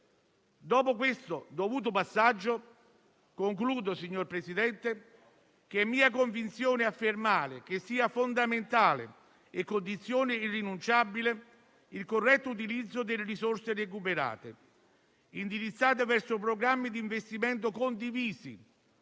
dopo questo dovuto passaggio, concludo dicendo che è mia convinzione affermare che sia fondamentale e condizione irrinunciabile il corretto utilizzo delle risorse recuperate e indirizzate verso programmi di investimento condivisi,